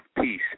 peace